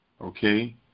okay